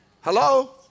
Hello